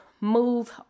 move